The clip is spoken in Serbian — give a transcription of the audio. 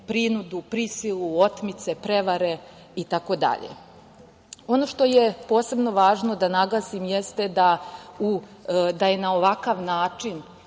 prinudu, prisilu, otmice, prevare i tako dalje. Ono što je posebno važno da naglasim jeste da je na ovakav način